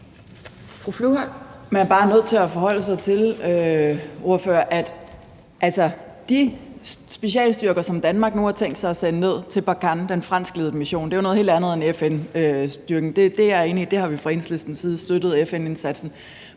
Man er bare nødt til at forholde sig til, at de specialstyrker, som Danmark nu har tænkt sig at sende ned til Barkhane, den franskledede mission – det er jo noget helt andet end FN-styrken, og jeg er enig i, at vi fra Enhedslistens side har støttet FN-indsatsen